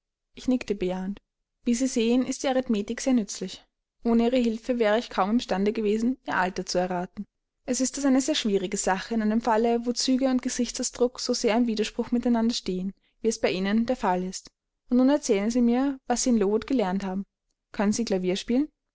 ich nickte bejahend wie sie sehen ist die arithmetik sehr nützlich ohne ihre hilfe wäre ich kaum imstande gewesen ihr alter zu erraten es ist das eine sehr schwierige sache in einem falle wo züge und gesichtsausdruck so sehr im widerspruch miteinander stehen wie es bei ihnen der fall ist und nun erzählen sie mir was sie in lowood gelernt haben können sie klavier spielen